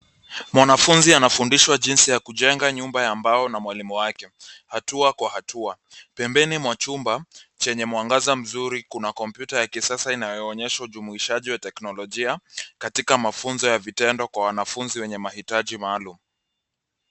Mwanafunzi anafundishwa jinsi ya kujenga nyumba ya mbao na mwalimu wake, hatua kwa hatua. Pembeni mwa chumba chenye mwangaza mzuri, kuna kompyuta ya kisasa inayoonyesha ujumuishaji wa teknolojia katika mafunzo ya vitendo kwa wanafunzi wenye mahitaji maalum.